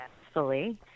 successfully